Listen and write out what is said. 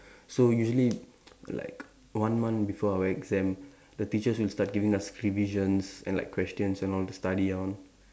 so usually like one month before our exam the teachers will start giving us revisions and like questions and all to study on